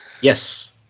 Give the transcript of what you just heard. Yes